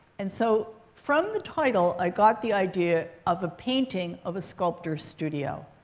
and so, from the title, i got the idea of a painting of a sculptors studio.